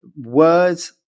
Words